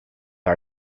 our